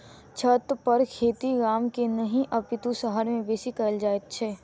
छतपर खेती गाम मे नहि अपितु शहर मे बेसी कयल जाइत छै